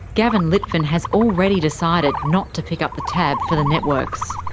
gavin litfin has already decided not to pick up the tab for the networks.